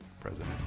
president